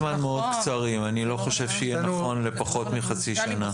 אני לא חושב שיהיה נכון לפחות מחצי שנה.